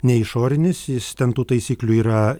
ne išorinis jis ten tų taisyklių yra